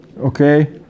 Okay